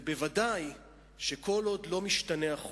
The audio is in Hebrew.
וודאי שכל עוד החוק לא משתנה,